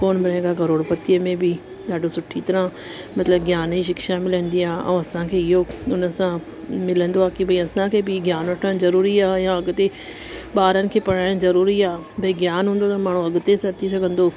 कौन बनेगा करोड़पतिअ में बि ॾाढो सुठी तरहां मतिलबु ज्ञान जी शिक्षा मिलंदी आहे ऐं असांखे इहो हुनसां मिलंदो आहे की भाई असांखे बि ज्ञान वठणु ज़रूरी आहे या अॻिते ॿारनि खे पढ़ायणु ज़रूरी आहे भाई ज्ञान हूंदो त माण्हू अॻिते सठी सघंदो